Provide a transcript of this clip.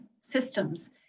systems